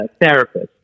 therapist